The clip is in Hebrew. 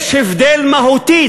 יש הבדל מהותי,